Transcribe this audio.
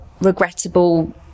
regrettable